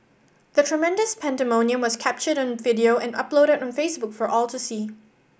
the tremendous pandemonium was captured on video and uploaded on Facebook for all to see